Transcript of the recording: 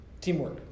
Teamwork